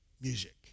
music